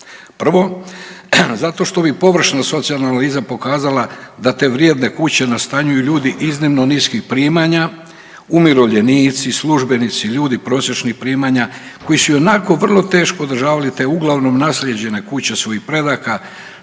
Prvo, zašto što bi površna socijalna analiza pokazala da te vrijedne kuće nastanjuju ljudi iznimno niskih primanja, umirovljenici, službenici, ljudi prosječnih primanja, koji su ionako teško održavali te uglavnom naslijeđene kuće svojih predaka,